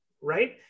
right